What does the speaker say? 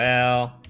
l